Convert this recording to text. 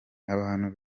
abantu